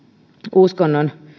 uskonnon